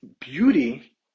beauty